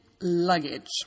Luggage